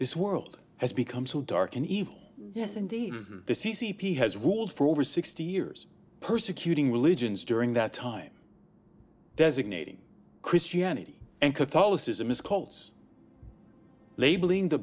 this world has become so dark and evil yes indeed the c c p has ruled for over sixty years persecuting religions during that time designating christianity and catholicism is calls labeling the